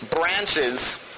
branches